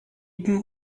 epen